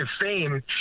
fame